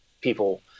people